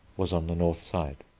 was on the north side.